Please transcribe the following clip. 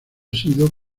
sido